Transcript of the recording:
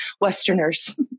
Westerners